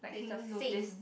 it's a phase